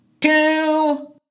Two